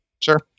Sure